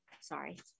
Sorry